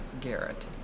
Garrett